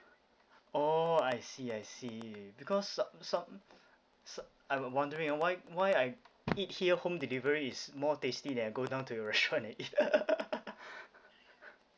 oh I see I see because some some some I am wondering ah why why I eat it here home delivery is more tasty than I go down to your restaurant and eat